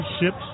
ships